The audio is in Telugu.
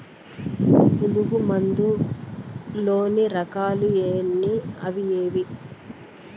పులుగు మందు లోని రకాల ఎన్ని అవి ఏవి?